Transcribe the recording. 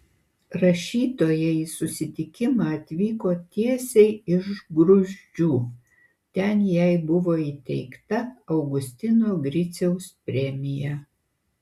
rašytoja į susitikimą atvyko tiesiai iš gruzdžių ten jai buvo įteikta augustino griciaus premija